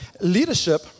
Leadership